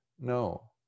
No